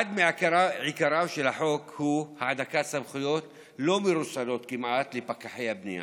אחד מעיקריו של החוק הוא הענקת סמכויות לא מרוסנות כמעט לפקחי הבנייה.